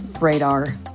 radar